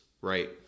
right